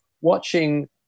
watching